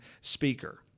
speaker